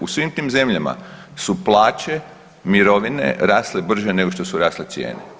U svim tim zemljama su plaće, mirovine rasle brže nego što su rasle cijene.